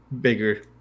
bigger